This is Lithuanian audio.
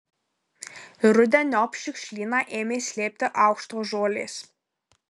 rudeniop šiukšlyną ėmė slėpti aukštos žolės